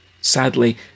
Sadly